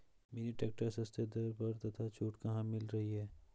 Mini tractor सस्ते दर पर तथा छूट कहाँ मिल रही है?